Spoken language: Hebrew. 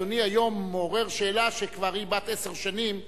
אדוני היום מעורר שאלה שהיא כבר בת עשר שנים,